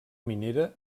minera